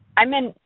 i'm in,